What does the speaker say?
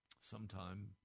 Sometime